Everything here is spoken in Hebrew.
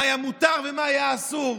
מה היה מותר ומה היה אסור.